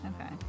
Okay